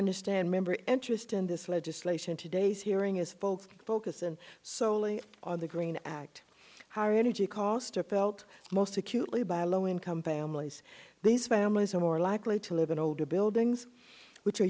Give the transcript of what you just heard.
understand member interest in this legislation today's hearing is folks augusten soley on the green act how energy costs are felt most acutely by low income families these families are more likely to live in older buildings which are